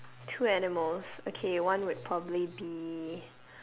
two animals okay one would probably be